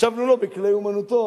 השבנו לו בכלי אומנותו,